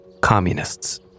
communists